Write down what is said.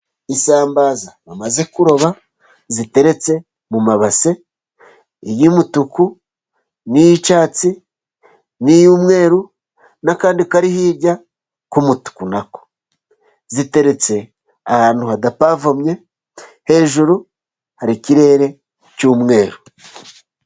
Isambaza bamaze kuroba, ziteretse mu mabase y'umutuku, n'iy'icyatsi, n'iy'umweru n'akandi kari hirya k'umutuku. nako, urabonako ziteretse ahantu hadapavomye, hejuru hari ikirere cy'umweru.